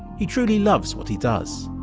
he truly loves what he does,